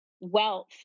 wealth